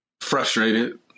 Frustrated